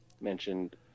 mentioned